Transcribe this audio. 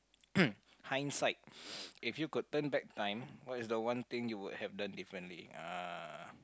hindsight if you could turn back time what is the one thing you would have done differently ah